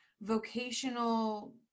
vocational